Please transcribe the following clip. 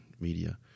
Media